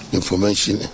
information